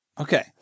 Okay